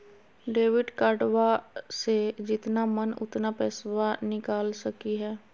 Debit कार्डबा से जितना मन उतना पेसबा निकाल सकी हय?